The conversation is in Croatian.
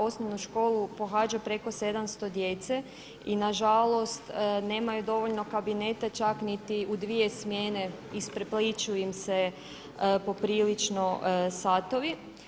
Osnovnu školu pohađa preko 700 djece i nažalost nemaju dovoljno kabineta čak niti u dvije smjene, isprepliću im se poprilično satovi.